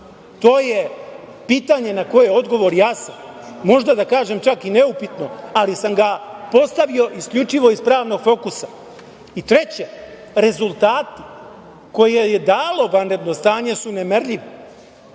To je pitanje na koje je odgovor jasan, možda da kažem čak i neupitan, ali sam ga postavio isključivo iz pravnog fokusa. Treće, rezultati koje je dalo vanredno stanje su nemerljivi,